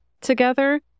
together